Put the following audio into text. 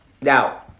Now